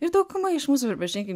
ir dauguma iš mūsų pripažinkim